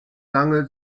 lange